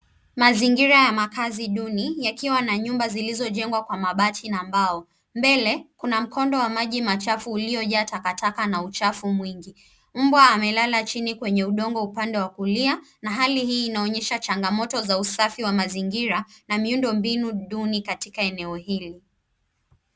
Mazingira ya makaazi duni yakiwa na nyumba zilizojengwa kwa mabati na mbao. Mbele kuna mkondo wa maji machafu uliojaa takataka na uchafu mwingi. Mbwa amelala chini kwenye udongo upande wa kulia na hali hii inaoneysha changamoto za usafi wa mazingira na miundo mbinu duni katika eneo hili.